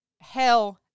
hell –